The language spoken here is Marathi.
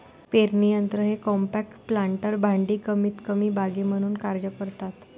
पेरणी यंत्र हे कॉम्पॅक्ट प्लांटर भांडी कमीतकमी बागे म्हणून कार्य करतात